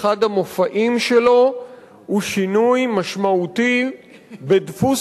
אחד המופעים שלו הוא שינוי משמעותי בדפוס